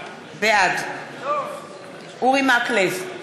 בעד אורי מקלב,